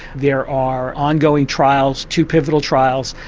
there are ongoing trials, two pivotal trials,